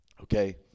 Okay